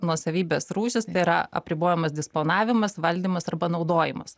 nuosavybės rūšys yra apribojamas disponavimas valdymas arba naudojimas